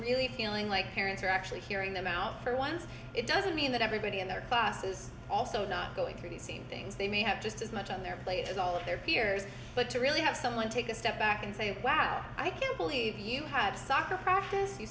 validation like parents are actually hearing them out for once it doesn't mean that everybody in their bus is also not going through the same things they may have just as much on their plate as all of their peers but to really have someone take a step back and say wow i can't believe you have soccer practice you